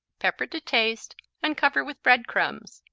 pepper to taste and cover with bread crumbs.